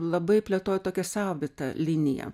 labai plėtojo tokią savitą liniją